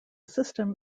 system